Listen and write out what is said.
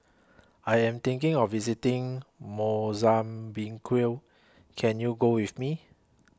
I Am thinking of visiting Mozambique Can YOU Go with Me